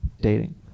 dating